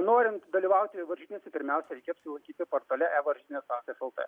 norint dalyvauti varžytinėse pirmiausia reikia apsilankyti portale e varžytinės taškas el t